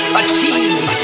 achieve